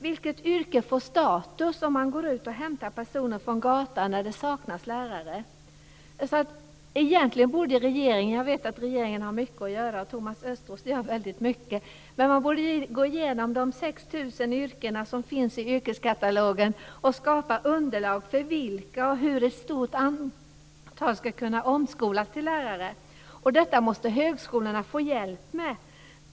Vilket yrke får status om man går ut och hämtar folk från gatan när det saknas någon, som man gör när det gäller lärare? Jag vet att regeringen och Thomas Östros har mycket att göra, men man borde gå igenom de 6 000 yrken som finns i yrkeskatalogen och skapa underlag för vilka som skulle kunna omskolas till lärare och i hur stort antal. Detta måste högskolorna få hjälp med.